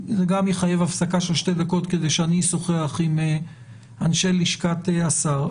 זה גם יחייב הפסקה של שתי דקות כדי שאני אשוחח עם אנשי לשכת השר,